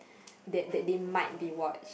that that they might be watched